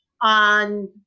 On